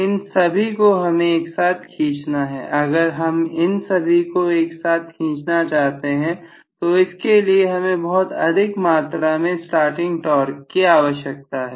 इन सभी को हमें एक साथ खींचना है अगर हम इन सभी को एक साथ खींचना चाहते हैं तो इसके लिए हमें बहुत अधिक मात्रा में स्टार्टिंग टॉर्क की आवश्यकता है